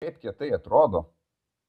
kaip kietai atrodo